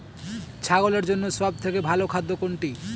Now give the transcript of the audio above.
ছাগলের জন্য সব থেকে ভালো খাদ্য কোনটি?